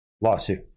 lawsuit